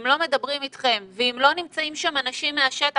אם לא מדברים אתכם ואם לא נמצאים שם אנשים מהשטח,